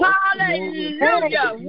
Hallelujah